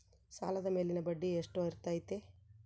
ಸಾಲದ ಮೇಲಿನ ಬಡ್ಡಿ ಎಷ್ಟು ಇರ್ತೈತೆ?